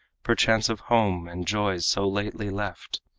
perchance of home and joys so lately left.